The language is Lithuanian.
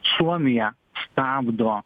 suomija stabdo